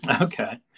Okay